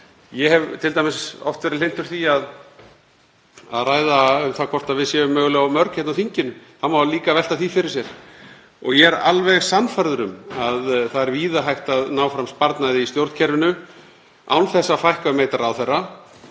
Ég hef t.d. oft verið hlynntur því að ræða hvort við séum mögulega of mörg hérna á þinginu. Það má líka velta því fyrir sér. Ég er alveg sannfærður um að það er víða hægt að ná fram sparnaði í stjórnkerfinu án þess að fækka um einn ráðherra,